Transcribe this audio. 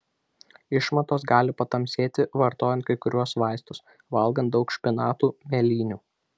išmatos gali patamsėti vartojant kai kuriuos vaistus valgant daug špinatų mėlynių